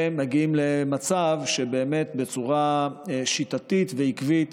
ומגיעים למצב שבאמת בצורה שיטתית ועקבית